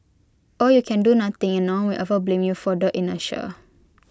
or you can do nothing and no one will ever blame you for the inertia